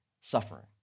suffering